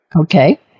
Okay